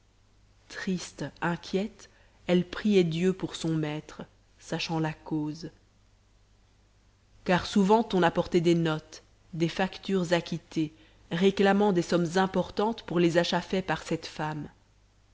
triste inquiète elle priait dieu pour son maître sachant la cause car souvent on apportait des notes des factures acquittées réclamant des sommes importantes pour les achats faits par cette femme